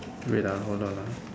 wait ah hold on ah